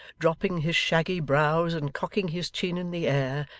dropping his shaggy brows and cocking his chin in the air,